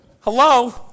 Hello